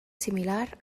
similar